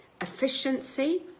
efficiency